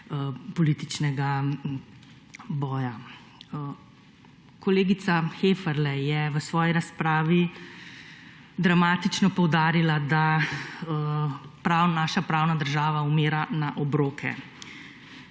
političnega boja. Kolegica Heferle je v svoji razpravi dramatično poudarila, da naša pravna država umira na obroke.